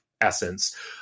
essence